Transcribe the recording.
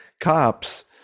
cops